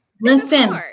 Listen